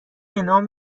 انعام